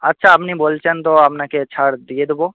আচ্ছা আপনি বলছেন তো আপনাকে ছাড় দিয়ে দেব